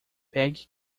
pegue